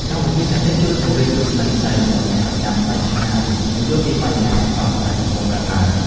កម្មវិធីទាំងនេះជួយពង្រីកទស្សនវិស័យរបស់អ្នកឱ្យកាន់តែឆ្ងាយនិងយល់ពីបញ្ហាសកលដែលកំពុងកើតឡើង។